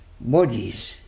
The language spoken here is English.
bodies